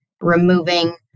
removing